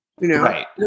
Right